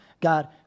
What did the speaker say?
God